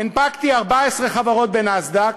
הנפקתי 14 חברות בנאסד"ק,